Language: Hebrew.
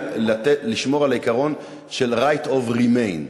לשמור על העיקרון של right of remain.